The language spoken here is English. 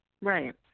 Right